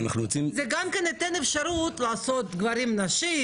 זה גם כן ייתן אפשרות לעשות גברים נשים,